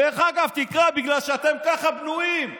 דרך אגב, תקרא, בגלל שככה אתם בנויים.